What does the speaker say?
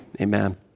Amen